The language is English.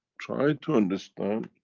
try to understand